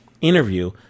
interview